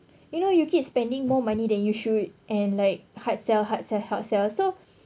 you know you keep spending more money than you should and like hard sell hard sell hard sell so